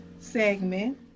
segment